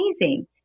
amazing